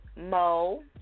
mo